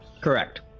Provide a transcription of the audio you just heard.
Correct